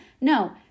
No